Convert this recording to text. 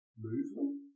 movement